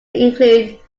include